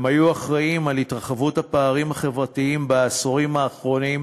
הם היו אחראים להתרחבות הפערים החברתיים בעשורים האחרונים,